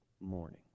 morning